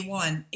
one